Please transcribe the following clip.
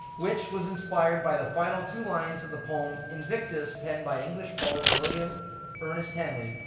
which was inspired by the final two lines of the poem, invictus, penned by english poet, william ernest henley,